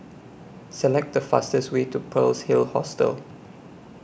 Select The fastest Way to Pearl's Hill Hostel